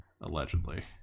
allegedly